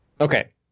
Okay